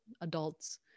adults